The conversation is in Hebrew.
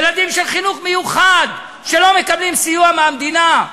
ילדים של חינוך מיוחד שלא מקבלים סיוע מהמדינה,